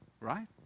right